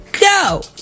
Go